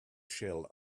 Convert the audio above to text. shell